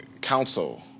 council